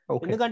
Okay